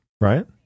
right